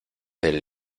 del